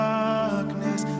darkness